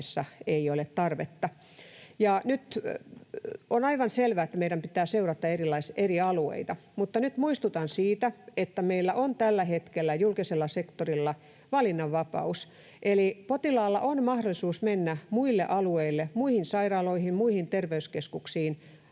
ei ole tarvetta. Ja on aivan selvää, että meidän pitää seurata eri alueita, mutta nyt muistutan siitä, että meillä on tällä hetkellä julkisella sektorilla valinnanvapaus eli potilaalla on mahdollisuus mennä muille alueille, muihin sairaaloihin, muihin terveyskeskuksiin